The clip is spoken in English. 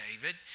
David